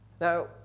Now